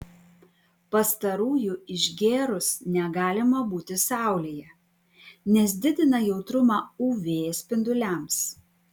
pastarųjų išgėrus negalima būti saulėje nes didina jautrumą uv spinduliams